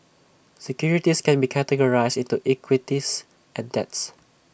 securities can be categorized into equities and debts